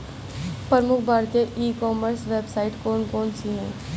प्रमुख भारतीय e commerce website कौन कौन सी हैं?